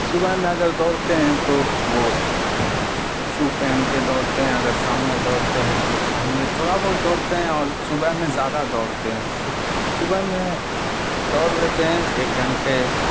صبح میں اگر دوڑتے ہیں تو وہ سو پہن کے دوڑتے ہیں اگر شام میں دوڑتے ہیں تو شام میں تھوڑا بہت دوڑتے ہیں اور صبح میں زیادہ دوڑتے ہیں صبح میں دوڑ لیتے ہیں ایک گھنٹے